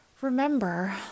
remember